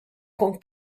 con